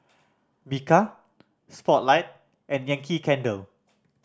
Bika Spotlight and Yankee Candle